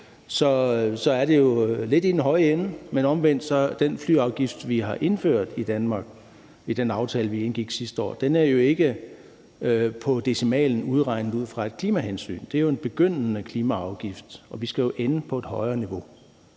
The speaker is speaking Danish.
så er det jo lidt i den høje ende. Men omvendt er den flyafgift, vi har indført i Danmark med den aftale, vi indgik sidste år, jo ikke udregnet ned til decimalen ud fra et klimahensyn. Det er en begyndende klimaafgift, og vi skal jo ende på et højere niveau.